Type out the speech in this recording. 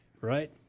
right